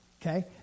okay